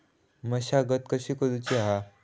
मशागत कशी करूची हा?